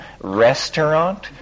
restaurant